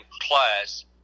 class